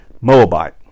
Moabite